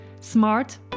smart